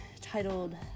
titled